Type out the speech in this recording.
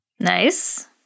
Nice